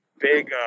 big